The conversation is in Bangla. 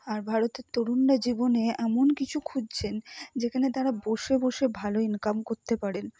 আর ভারতের তরুণরা জীবনে এমন কিছু খুঁজছেন যেখানে তারা বসে বসে ভালো ইনকাম করতে পারেন